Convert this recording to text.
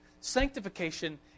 Sanctification